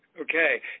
Okay